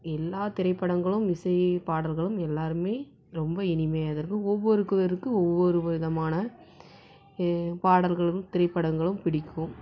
எல்லா திரைப்படங்களும் இசை பாடல்களும் எல்லோருமே ரொம்ப இனிமையாக தான் இருக்கும் ஒவ்வொரு இருக்கறவருக்கு ஒவ்வொரு விதமான பாடல்களும் திரைப்படங்களும் பிடிக்கும்